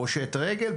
פושט רגל,